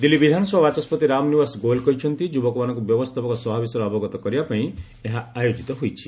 ଦିଲ୍ଲୀ ବିଧାନସଭା ବାଚସ୍କତି ରାମ ନିୱାସ ଗୋୟଲ କହିଛନ୍ତି ଯୁବକମାନଙ୍କୁ ବ୍ୟବସ୍ଥାପକ ସଭା ବିଷୟରେ ଅବଗତ କରିବା ପାଇଁ ଏହାର ଆୟୋଜନ କରାଯାଇଛି